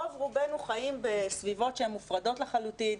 רוב רובינו חיים בסביבות שהן מופרדות לחלוטין,